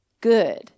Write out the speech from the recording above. good